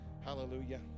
Hallelujah